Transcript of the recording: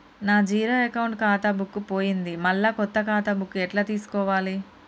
నా zero account ఖాతా book పోయింది మళ్ళా కొత్త ఖాతా బుక్కు ఎట్ల తీసుకోవాలే?